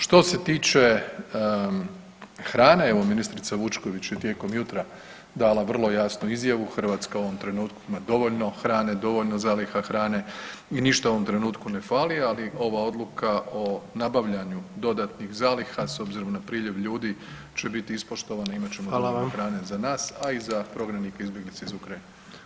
Što se tiče hrane, evo, ministrica Vučković je tijekom jutra dala vrlo jasno izjavu, Hrvatska u ovom trenutku ima dovoljno hrane, dovoljno zaliha hrane i ništa u ovom trenutku ne fali, ali ova odluka o nabavljanju dodatnih zaliha, s obzirom na priljev ljudi će biti ispoštovan i imat ćemo dovoljno hrane za nas [[Upadica: Hvala vam.]] a i za prognanike, izbjeglice iz Ukrajine.